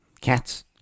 cats